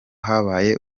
habaye